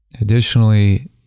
Additionally